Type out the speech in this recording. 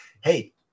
hey